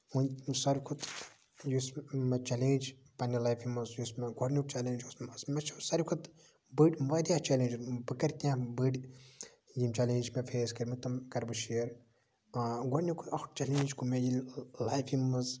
وۄنۍ یِم ساروی کھۄتہٕ یُس مےٚ چیلینج پَنٕنہِ لایفہِ منٛز یُس مےٚ گۄڈٕنیُک چیلینج اوس مےٚ مےٚ چھُ ساروی کھۄتہٕ بٔڑۍ واریاہ چیلینج بہٕ کرٕ کیٚنہہ بٔڑ یِم چیلینجٔز چھِ مےٚ فیس کٔرٕمٕتۍ تِم کرٕ بہٕ شِیر گۄڈٕنیُک اکھ چیلینج گوٚو مےٚ یہِ لایفہِ منٛز